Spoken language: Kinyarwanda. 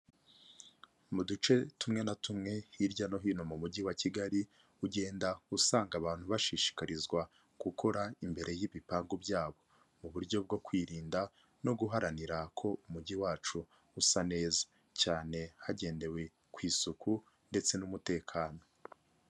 Mu duce tumwe na tumwe hirya no hino mu mujyi wa Kigali, ugenda usanga abantu bashishikarizwa gukora imbere y'ibipangu byabo, mu buryo bwo kwirinda no guharanira ko umujyi wacu usa neza cyane hagendewe ku isuku ndetse n'umutekano.